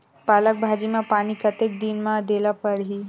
पालक भाजी म पानी कतेक दिन म देला पढ़ही?